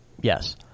Yes